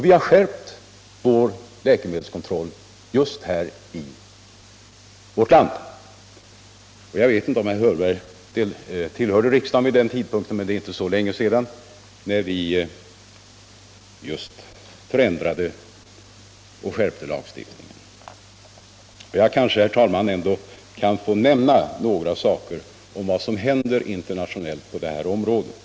Vi har också skärpt läkemedelskontrollen här i vårt land. Jag vet inte om herr Hörberg tillhörde riksdagen vid den tidpunkten, men det är inte särskilt länge sedan vi förändrade och skärpte just den lagstiftningen. Jag kanske, herr talman, ändå kan få nämna några saker för att visa vad som händer internationellt på det här området.